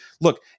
look